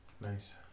nice